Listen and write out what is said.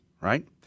right